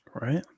right